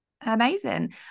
Amazing